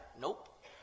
Nope